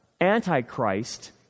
Antichrist